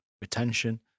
retention